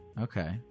Okay